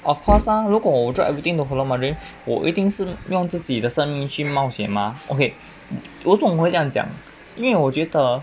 of course mah 如果我 drop everything to follow my dreams 我一定是用自己的生命去冒险嘛 okay 为什么会这样讲因为我觉得